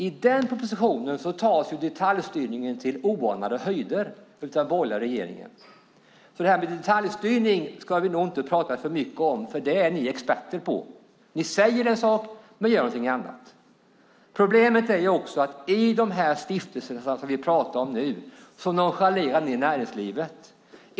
I den propositionen tas detaljstyrningen av den borgerliga regeringen till oanade höjder, så det här med detaljstyrning ska vi nog inte prata för mycket om. Detaljstyrning är ni experter på. Ni säger en sak men gör någonting annat. Ett problem är också att ni när det gäller de stiftelser som vi nu pratar om nonchalerar näringslivet.